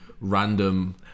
random